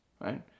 right